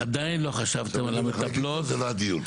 עדיין לא חשבתם על המטפלות --- זה לא הדיון.